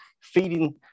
feeding